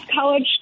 college